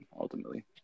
ultimately